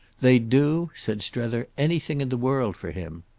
they'd do, said strether, anything in the world for him.